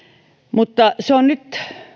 mutta se usko on nyt